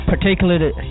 particularly